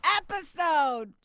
episode